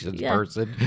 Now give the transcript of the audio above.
person